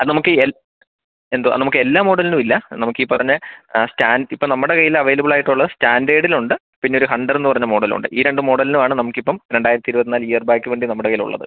അത് നമുക്ക് എൽ എന്തോ നമുക്ക് എല്ലാ മോഡലിനും ഇല്ല നമുക്ക് ഈ പറഞ്ഞ ആ സ്റ്റാൻഡേർഡ് ഇപ്പം നമ്മുടെ കയ്യിൽ അവൈലബിൾ ആയിട്ടുള്ള സ്റ്റാൻഡേർഡിൽ ഉണ്ട് പിന്നെ ഒരു ഹണ്ടർ എന്ന് പറയുന്ന മോഡലുണ്ട് ഈ രണ്ട് മോഡലിലും ആണ് നമുക്ക് ഇപ്പം രണ്ടായിരത്തി ഇരുപത്തി നാല് ഇയർ ബാക്ക് വണ്ടി നമ്മുടെ കയ്യിലുള്ളത്